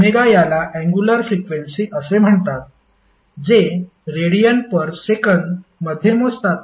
ω याला angular frequency असे म्हणतात जे रेडियन पर सेकंद मध्ये मोजतात